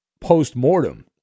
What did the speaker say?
post-mortem